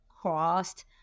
crossed